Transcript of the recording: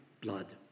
blood